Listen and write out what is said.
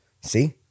see